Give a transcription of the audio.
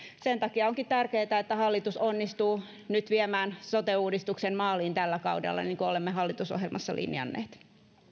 sen takia onkin tärkeätä että hallitus onnistuu nyt viemään sote uudistuksen maaliin tällä kaudella niin kuin olemme hallitusohjelmassa linjanneet